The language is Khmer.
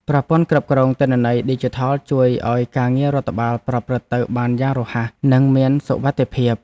ប្រព័ន្ធគ្រប់គ្រងទិន្នន័យឌីជីថលជួយឱ្យការងាររដ្ឋបាលប្រព្រឹត្តទៅបានយ៉ាងរហ័ស និងមានសុវត្ថិភាព។